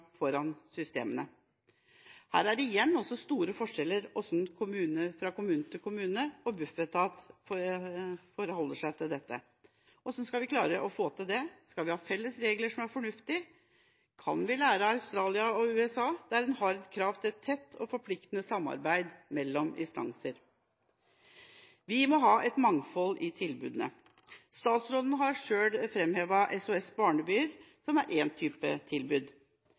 Her er det store forskjeller fra kommune til kommune når det gjelder hvordan Bufetat forholder seg til dette. Hvordan skal vi klare å få til det? Skal vi ha felles regler som er fornuftige? Kan vi lære av Australia og USA, der en har krav til et tett og forpliktende samarbeid mellom instanser? Vi må ha et mangfold i tilbudene. Statsråden har selv framhevet SOS-barnebyer, som er én type tilbud.